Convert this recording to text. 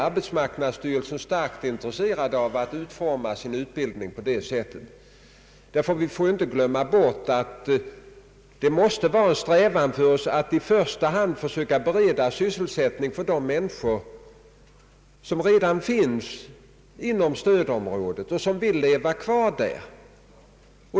Arbetsmarknadsstyrelsen är mycket intresserad av att utforma utbildningen på det sättet. Vi får heller inte glömma bort att det måste vara en strävan att i första hand försöka bereda sysselsättning för de människor som redan finns inom stödområdet och vill leva kvar där.